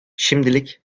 şimdilik